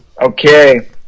Okay